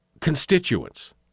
constituents